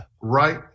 Right